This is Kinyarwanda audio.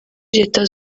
leta